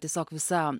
tiesiog visa